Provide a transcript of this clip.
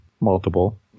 multiple